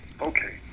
Okay